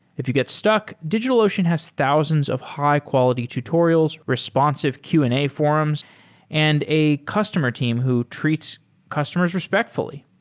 if you get stuck, digitalocean has thousands of high-quality tutorials, responsive q and a forums and a customer team who treats customers respectfully.